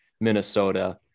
Minnesota